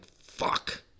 fuck